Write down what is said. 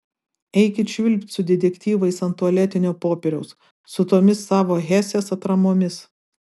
eikit švilpt su detektyvais ant tualetinio popieriaus su tomis savo hesės atramomis